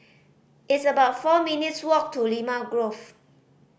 it's about four minutes' walk to Limau Grove